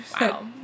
Wow